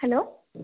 hello